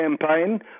campaign